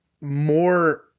more